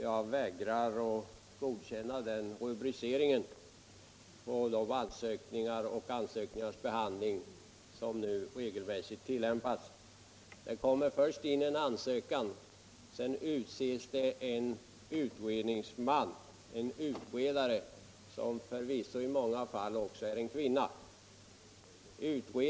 Jag vägrar att godkänna den rubriceringen på den behandling av ansökningar som nu regelmässigt tillämpas. Först kommer det in en ansökan, sedan utses en utredningsman — en utredare som förvisso i många fall också är en kvinna.